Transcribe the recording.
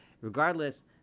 Regardless